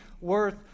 worth